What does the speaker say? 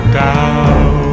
down